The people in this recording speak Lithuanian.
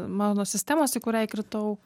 mano sistemos į kurią įkritau